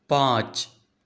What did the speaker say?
پانچ